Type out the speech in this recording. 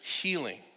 healing